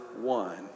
one